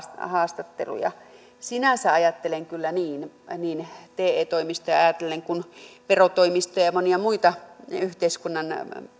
haastatteluja sinänsä ajattelen kyllä niin niin te toimistoja ajatellen kuin verotoimistoja ja monia muita yhteiskunnan